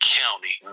county